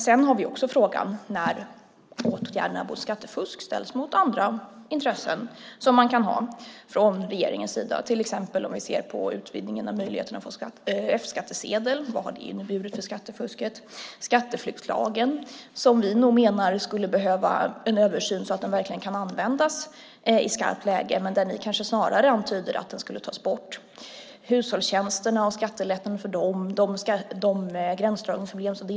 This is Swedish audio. Sedan har vi också frågan när åtgärderna mot skattefusk ställs mot andra intressen som kan finnas från regeringens sida. Vi kan till exempel se på frågan vad utvidgningen av möjligheten att få F-skattsedel har inneburit för skattefusket. Vi menar att skatteflyktslagen skulle behöva en översyn så att den verkligen kan användas i skarpt läge där ni snarare antyder att den ska tas bort. Det kan vara fråga om gränsdragningsproblem för skattelättnader för hushållstjänster.